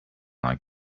like